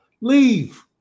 leave